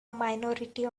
minority